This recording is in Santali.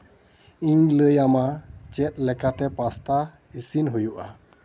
ᱤᱧ ᱞᱟᱹᱭᱟᱢᱟ ᱪᱮᱫ ᱞᱮᱠᱟᱛᱮ ᱯᱟᱥᱛᱟ ᱤᱥᱤᱱ ᱦᱩᱭᱩᱜᱼᱟ